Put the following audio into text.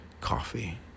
coffee